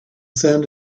sand